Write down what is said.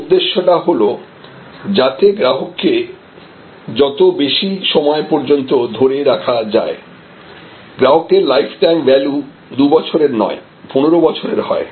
পুরো উদ্দেশ্যটা হল যাতে গ্রাহককে যত বেশি সময় পর্যন্ত ধরে রাখা যায় গ্রাহকের লাইফটাইম ভ্যালু দুই বছরের নয় ১৫ বছরের হয়